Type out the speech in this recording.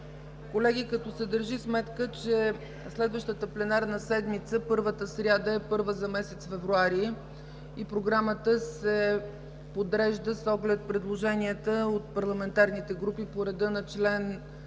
Колеги, като се държи сметка, че следващата пленарна седмица първата сряда е първа за месец февруари и програмата се подрежда с оглед предложенията от парламентарните групи по реда на чл. 50, ал.